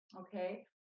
Okay